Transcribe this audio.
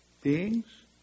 beings